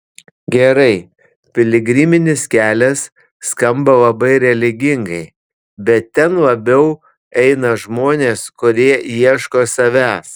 gerai piligriminis kelias skamba labai religingai bet ten labiau eina žmonės kurie ieško savęs